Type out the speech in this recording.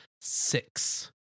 six